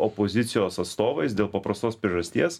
opozicijos atstovais dėl paprastos priežasties